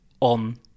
on